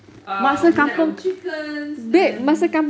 um we had our chickens and